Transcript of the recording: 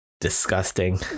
disgusting